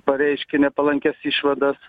pareiškė nepalankias išvadas